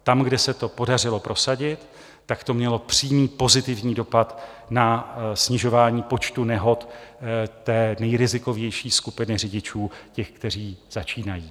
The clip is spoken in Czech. Tam, kde se to podařilo prosadit, to mělo přímý pozitivní dopad na snižování počtu nehod té nejrizikovější skupiny řidičů, těch, kteří začínají.